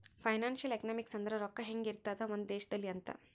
financial economics ಅಂದ್ರ ರೊಕ್ಕ ಹೆಂಗ ಇರ್ತದ ಒಂದ್ ದೇಶದಲ್ಲಿ ಅಂತ